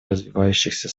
развивающихся